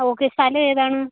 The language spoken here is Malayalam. ഓക്കെ സ്ഥലം ഏതാണ്